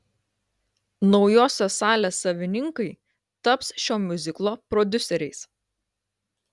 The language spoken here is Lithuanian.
naujosios salės savininkai taps šio miuziklo prodiuseriais